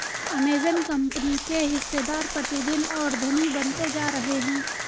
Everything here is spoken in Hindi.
अमेजन कंपनी के हिस्सेदार प्रतिदिन और धनी बनते जा रहे हैं